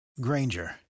Granger